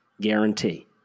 guarantee